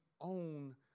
own